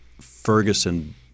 Ferguson –